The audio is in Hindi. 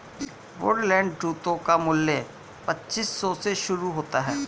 वुडलैंड जूतों का मूल्य पच्चीस सौ से शुरू होता है